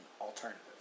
alternative